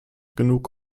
genug